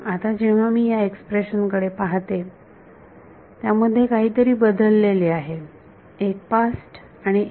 आता जेव्हा मी या एक्स्प्रेशन कडे पाहते त्यामध्ये काहीतरी बदलले आहे एक पास्ट आणि एक